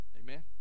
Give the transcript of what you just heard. Amen